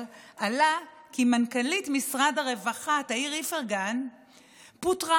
עלה כי מנכ"לית משרד הרווחה תאיר איפרגן פוטרה.